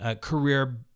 career